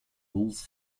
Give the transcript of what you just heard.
rules